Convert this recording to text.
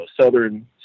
southern